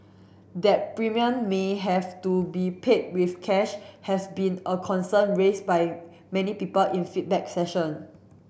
that premium may have to be paid with cash has been a concern raised by many people in feedback session